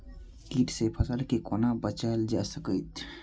कीट से फसल के कोना बचावल जाय सकैछ?